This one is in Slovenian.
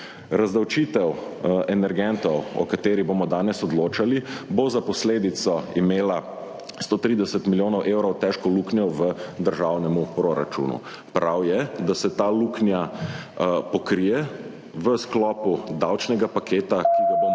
Razdavčitev energentov, o kateri bomo danes odločali, bo za posledico imela 130 milijonov evrov težko luknjo v državnem proračunu. Prav je, da se ta luknja pokrije v sklopu davčnega paketa, ki ga bomo